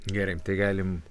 gerai tai galim